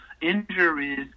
injuries